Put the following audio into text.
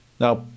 now